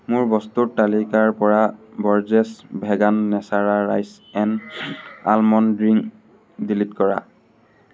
মোৰ বস্তুৰ তালিকাৰপৰা Borges vegan natura rice and almond drink delete কৰা